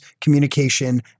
communication